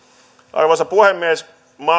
arvoisa puhemies